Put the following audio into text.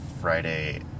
Friday